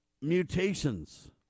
mutations